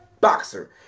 boxer